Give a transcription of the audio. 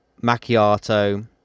macchiato